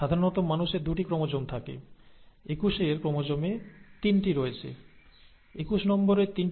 সাধারণত মানুষের দুটি করে ক্রোমোজোম থাকে 21 তম ক্রোমোজোমে তিনটি ক্রোমোজোম রয়েছে